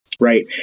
Right